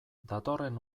datorren